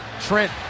Trent